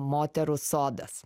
moterų sodas